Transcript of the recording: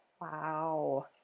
Wow